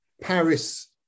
Paris